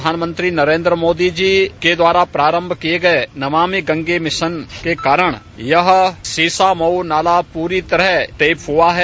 प्रधानमंत्री नरेन्द्र मोदी जी के द्वारा प्रारम्भ किये गये नमामि गंगे मिशन के कारण यह शीशामऊ नाला पूरी तरह टेप हुआ है